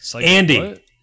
Andy